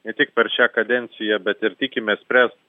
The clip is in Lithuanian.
ne tik per šią kadenciją bet ir tikimės spręst